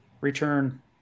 return